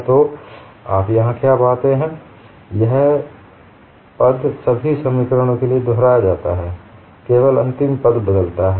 तो आप यहाँ क्या पाते हैं यह पद सभी समीकरणों के लिए दोहराया जाता है केवल अंतिम पद बदलता है